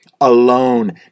alone